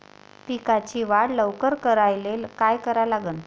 पिकाची वाढ लवकर करायले काय करा लागन?